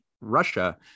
Russia